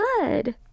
good